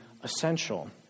essential